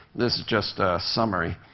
this is just a summary.